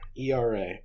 ERA